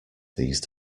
these